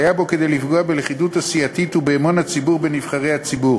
והיה בו כדי לפגוע בלכידות הסיעתית ובאמון הציבור בנבחרי הציבור.